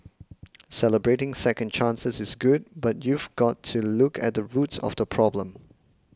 celebrating second chances is good but you've got to look at the root of the problem